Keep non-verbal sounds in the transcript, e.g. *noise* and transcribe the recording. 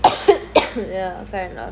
*coughs* ya fair enough